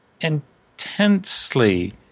intensely